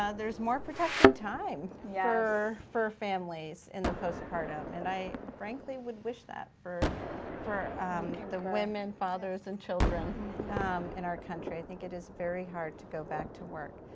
ah there's more protected time yeah for families in the postpartum, and i frankly would wish that for for the women, fathers, and children in our country. i think it is very hard to go back to work.